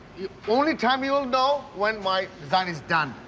the only time you'll know, when my design is done.